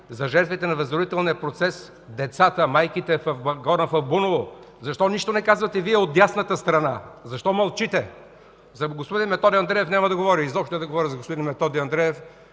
за жертвите на възродителния процес, децата, майките във вагона в Буново?”. Защо нищо не казвате Вие, от дясната страна?! Защо мълчите?! За господин Методи Андреев няма да говоря. Изобщо няма да говоря за господин Методи Андреев.